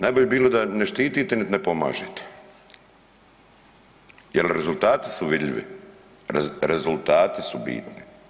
Najbolje bi bilo da ne štitite nit ne pomažete jer rezultati su vidljivi, rezultati su bitni.